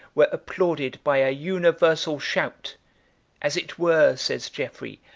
were applauded by a universal shout as it were, says jeffrey,